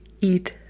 eat